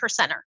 percenter